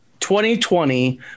2020